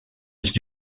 els